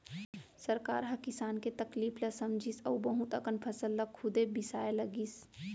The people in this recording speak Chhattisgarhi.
सरकार ह किसान के तकलीफ ल समझिस अउ बहुत अकन फसल ल खुदे बिसाए लगिस